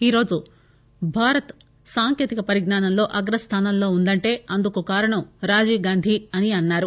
ఈరోజు భారత్ సాంకేతిక పరిజ్ఞానంలో అగ్రస్థానంలో ఉందంటే అందుకు కారనం రాజీవ్ గాంధీ అని అన్నారు